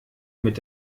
mit